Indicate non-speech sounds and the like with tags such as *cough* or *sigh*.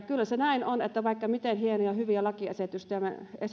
*unintelligible* kyllä se näin on että vaikka miten hienoja ja hyviä lakiesityksiä